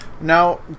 now